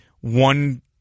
one